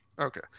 Okay